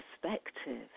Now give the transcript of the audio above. perspective